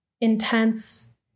intense